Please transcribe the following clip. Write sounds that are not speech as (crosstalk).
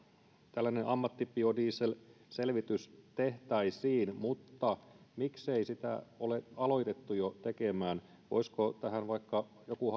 tällainen ammattibiodieselselvitys tehtäisiin mutta miksei sitä ole aloitettu jo tekemään voisiko tähän vaikka joku (unintelligible)